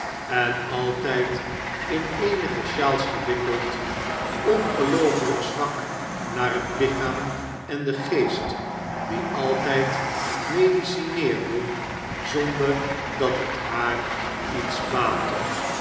en altijd in eenige shawls gewikkeld ongeloofelijk zwak naar het lichaam en den geest die altijd medicineerde zonder dat het haar iets baatte